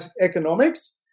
economics